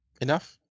enough